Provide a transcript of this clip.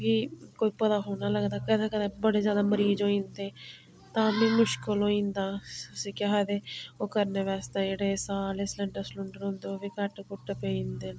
कि कोई पता थोह्ड़ी नां लगदा कदें कदें बड़े ज्यादा मरीज़ होई जंदे ताम्मी मुश्कल होई जंदा उसी केह् आखदे ओह् करने बास्तै जेह्ड़े साह् आह्ले सिलिंडर सुलंडर होंदे ओह् बी घट्ट घुट्ट पेई जंदे न